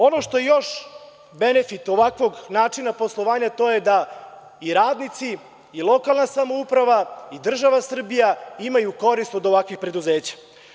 Ono što je još benefit ovakvog načina poslovanja, to je da i radnici i lokalna samouprava i država Srbija imaju korist od ovakvih preduzeća.